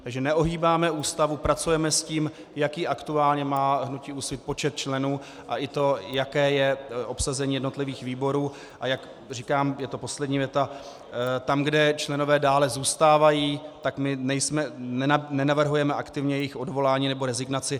Takže neohýbáme Ústavu, pracujeme s tím, jaký aktuálně má hnutí Úsvit počet členů a i to, jaké je obsazení jednotlivých výborů, a jak říkám, je to poslední věta, tam, kde členové dále zůstávají, tak my nenavrhujeme aktivně jejich odvolání nebo rezignaci.